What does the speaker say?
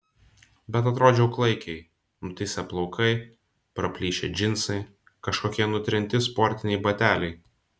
bet atrodžiau klaikiai nutįsę plaukai praplyšę džinsai kažkokie nutrinti sportiniai bateliai